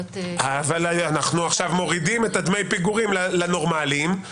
--- אבל אנחנו עכשיו מורידים את דמי הפיגורים לנורמליים,